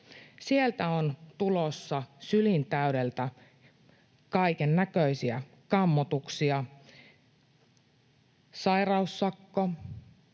Sieltä on tulossa sylin täydeltä kaikennäköisiä kammotuksia — sairaussakko,